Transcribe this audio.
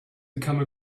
become